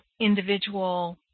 individual